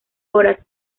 horas